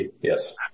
Yes